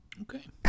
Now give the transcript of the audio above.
Okay